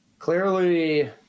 Clearly